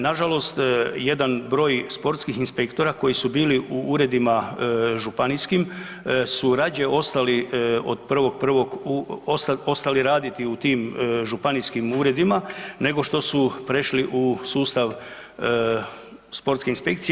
Nažalost jedan broj sportskih inspektora koji su bili u uredima županijskim su rađe ostali od 1.1. ostali raditi u tim županijskim uredima nego što su prešli u sustav sportske inspekcije.